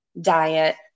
diet